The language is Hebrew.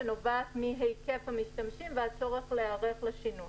שנוגעת מהיקף המשתמשים והצורך להיערך לשינוי.